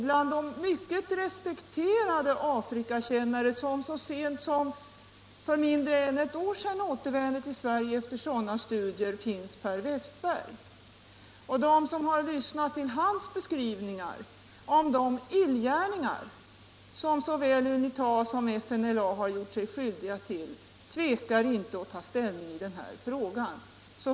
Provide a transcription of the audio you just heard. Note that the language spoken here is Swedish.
Bland de mycket respekterade afrikakännare som så sent som för mindre än ett år sedan återvände till Sverige efter sådana studier finns Per Wästberg. De som har lyssnat till hans beskrivningar av de illgärningar som såväl UNITA som FNLA har gjort sig skyldiga till tvekar inte att ta ställning i den här frågan.